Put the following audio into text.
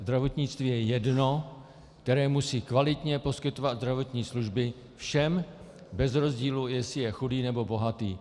Zdravotnictví je jedno, které musí kvalitně poskytovat zdravotní služby všem bez rozdílu, jestli je chudý, nebo bohatý.